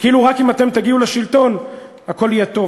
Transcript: כאילו רק אם אתם תגיעו לשלטון הכול יהיה טוב,